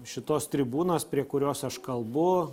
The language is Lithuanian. šitos tribūnos prie kurios aš kalbu